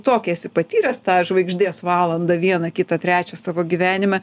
tokią esi patyręs tą žvaigždės valandą vieną kitą trečią savo gyvenime